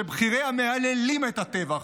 שבכיריה מהללים את הטבח,